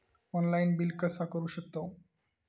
Online bill कसा करु शकतव?